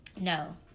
No